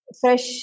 fresh